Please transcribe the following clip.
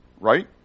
right